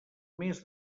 més